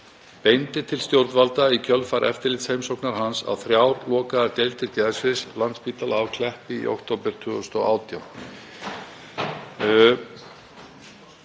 beindi til stjórnvalda í kjölfar eftirlitsheimsóknar hans á þrjár lokaðar deildir geðsviðs Landspítala á Kleppi í október 2018.